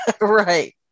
right